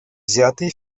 взятые